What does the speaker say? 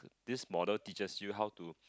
this model teaches you how to